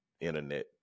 internet